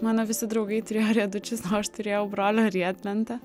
mano visi draugai turėjo riedučius o aš turėjau brolio riedlentę